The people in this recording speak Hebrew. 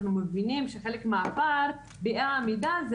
אנחנו מבינים שחלק מהפער ואי העמידה זה